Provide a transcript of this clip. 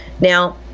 Now